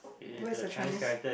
where's the Chinese